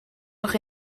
nog